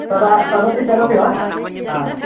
तदा तदपि चलति वा हा